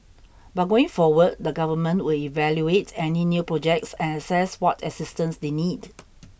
but going forward the Government will evaluate any new projects and assess what assistance they need